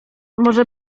może